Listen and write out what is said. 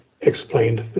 explained